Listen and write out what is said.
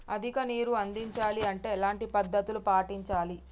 అధిక నీరు అందించాలి అంటే ఎలాంటి పద్ధతులు పాటించాలి?